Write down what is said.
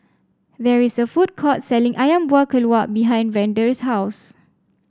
there is a food court selling ayam Buah Keluak behind Vander's house